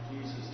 Jesus